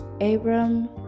abram